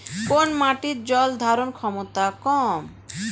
কোন মাটির জল ধারণ ক্ষমতা কম?